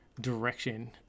direction